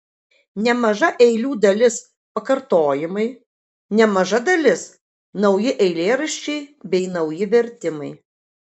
nemaža eilių dalis pakartojimai nemaža dalis nauji eilėraščiai bei nauji vertimai